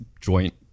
joint